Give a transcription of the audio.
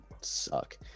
suck